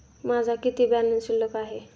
माझा किती बॅलन्स शिल्लक आहे?